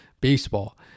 baseball